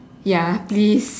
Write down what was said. ya please